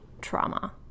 trauma